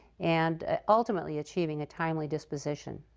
and ultimately achieving a timely disposition.